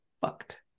fucked